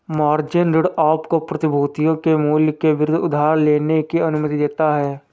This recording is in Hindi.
मार्जिन ऋण आपको प्रतिभूतियों के मूल्य के विरुद्ध उधार लेने की अनुमति देता है